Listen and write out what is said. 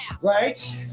Right